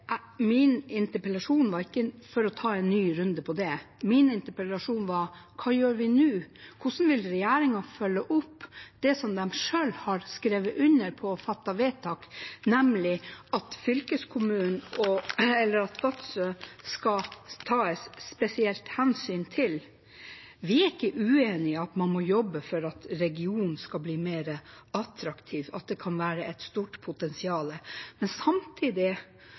Min interpellasjon var: Hva gjør vi nå? Hvordan vil regjeringen følge opp det som de selv har skrevet under på og fattet vedtak om, nemlig at Vadsø skal det tas spesielt hensyn til? Vi er ikke uenig i at man må jobbe for at regionen skal bli mer attraktiv, og for at det kan være et stort potensial. Men samtidig